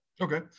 Okay